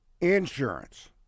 insurance